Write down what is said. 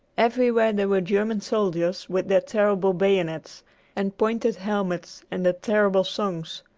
everywhere there were german soldiers with their terrible bayonets and pointed helmets and their terrible songs.